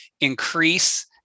increase